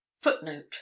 FOOTNOTE